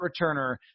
returner